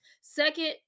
Second